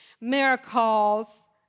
miracles